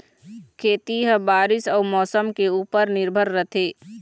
खेती ह बारीस अऊ मौसम के ऊपर निर्भर रथे